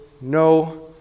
no